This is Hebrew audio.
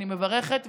אני מברכת,